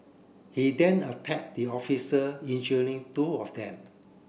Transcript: he then attacked the officer injuring two of them